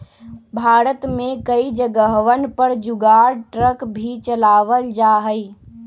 भारत में कई जगहवन पर जुगाड़ ट्रक भी चलावल जाहई